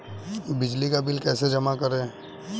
बिजली का बिल कैसे जमा करें?